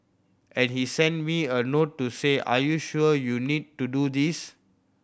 and he sent me a note to say are you sure you need to do this